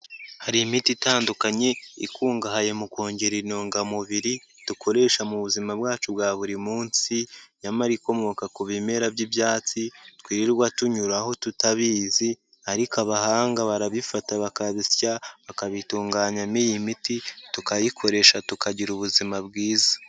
Hari imiti itandukanye ikungahaye mu kongera intungamubiri dukoresha mu buzima bwacu bwa buri munsi, nyamara ikomoka ku bimera by'ibyatsi twirirwa tunyuraho tutabizi, ariko abahanga barabifata bakabisya, bakabitunganyamo iyi miti, tukayikoresha tukagira ubuzima bwiza.